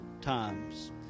times